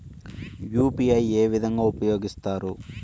UPI ఏ విధంగా ఉపయోగిస్తారు?